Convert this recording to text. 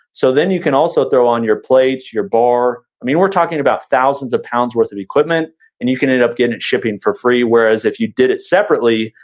so then, you can also throw on your plates, your bar. i mean, we're talking about thousands of pounds worth of equipment and you can end up getting shipping for free whereas if you did it separately,